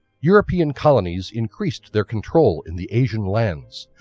european colonies increased their control in the asian lands,